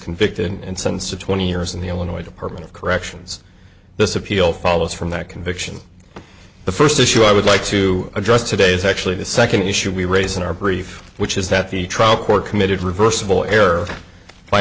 convicted and sentenced to twenty years in the illinois department of corrections this appeal follows from that conviction the first issue i would like to address today is actually the second issue we raise in our brief which is that the trial court committed reversible